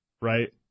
right